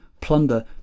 plunder